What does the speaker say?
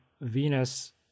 Venus